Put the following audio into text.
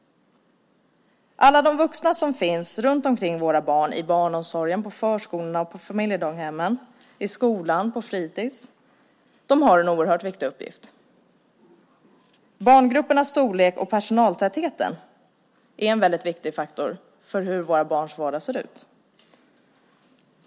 Alla vuxna som finns runt omkring våra barn i barnomsorgen, på förskolorna och familjedaghemmen, i skolan och på fritids, har en oerhört viktig uppgift. Barngruppernas storlek och personaltätheten är en viktig faktor för hur våra barns vardag ser ut.